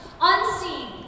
unseen